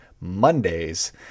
Monday's